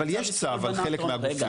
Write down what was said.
אבל יש צו על חלק מהגופים.